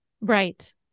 Right